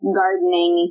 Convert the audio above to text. gardening